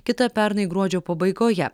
kita pernai gruodžio pabaigoje